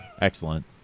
Excellent